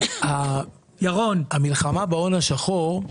המלחמה בהון השחור,